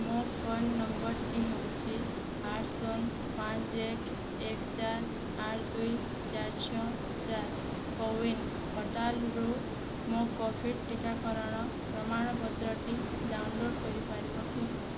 ମୋ ଫୋନ ନମ୍ବରଟି ହେଉଛି ଆଠ ଶୂନ ପାଞ୍ଚ ଏକ ଏକ ଚାରି ଆଠ ଦୁଇ ଚାରି ଛଅ ଚାରି କୋୱିନ୍ ପୋର୍ଟାଲ୍ରୁ ମୋର କୋଭିଡ଼୍ ଟିକାକରଣ ପ୍ରମାଣପତ୍ରଟି ଡାଉନ୍ଲୋଡ଼୍ କରିପାରିବ କି